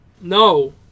No